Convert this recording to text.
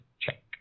check